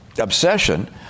obsession